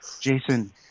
Jason